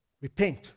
Repent